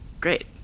Great